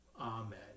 Amen